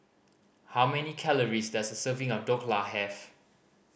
how many calories does a serving of Dhokla have